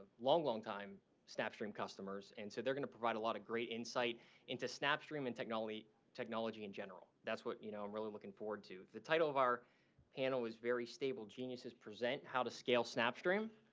long long time snapstream customers. and so they're going to provide a lot of great insight into snapstream and technology technology in general. that's what, you know, i'm really looking forward to. the title of our panel is very stable, geniuses present how to scale snapstream.